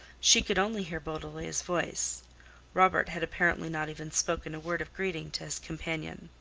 she could only hear beaudelet's voice robert had apparently not even spoken a word of greeting to his companion.